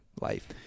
life